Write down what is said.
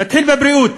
נתחיל בבריאות,